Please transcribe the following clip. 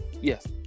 Yes